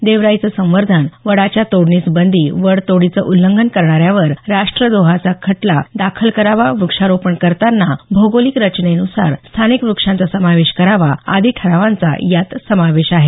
देवराईचं संवर्धन वडाच्या तोडणीस बंदी वड तोडीचं उल्लंघन करणाऱ्यावर राष्ट्रद्रोहाचा खटला दाखल करावा व्रक्षारोपण करताना भौगोलिक रचनेनुसार स्थानिक व्रक्षांचा समावेश करावा आदी ठरावांचा यात समावेश आहे